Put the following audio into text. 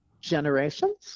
Generations